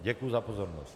Děkuji za pozornost.